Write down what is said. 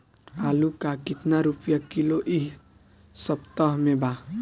आलू का कितना रुपया किलो इह सपतह में बा?